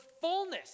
fullness